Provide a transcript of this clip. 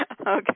Okay